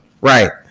Right